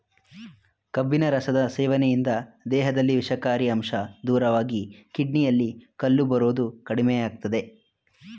ಕಬ್ಬಿನ ರಸದ ಸೇವನೆಯಿಂದ ದೇಹದಲ್ಲಿ ವಿಷಕಾರಿ ಅಂಶ ದೂರವಾಗಿ ಕಿಡ್ನಿಯಲ್ಲಿ ಕಲ್ಲು ಬರೋದು ಕಡಿಮೆಯಾಗ್ತದೆ